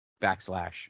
Backslash